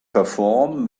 perform